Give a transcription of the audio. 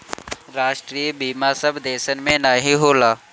राष्ट्रीय बीमा सब देसन मे नाही होला